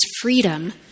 freedom